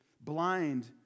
blind